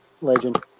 Legend